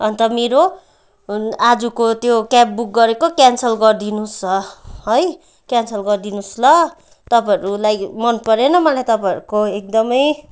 अन्त मेरो आजको त्यो क्याब बुक गरेको क्यान्सल गरिदिनुहोस् ह है क्यान्सल गरिदिनुहोस् ल तपाईँहरूलाई मन परेन मलाई तपाईँहरूको एकदमै